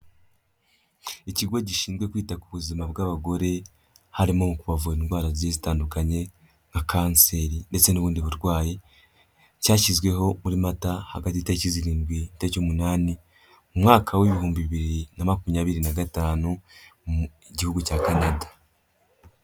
Ikigo gishinzwe kwita ku buzima bw'abagore, harimo kubavura indwara zigiye zitandukanye, nka kanseri ndetse n'ubundi burwayi, cyashyizweho muri mata hagati y'itariki zirindwi n'itariki umunani mu mwaka w'ibihumbi bibiri na makumyabiri na gatanu mu gihugu cya Canada.